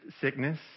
sickness